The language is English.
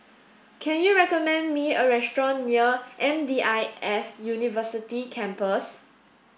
can you recommend me a restaurant near M D I S University Campus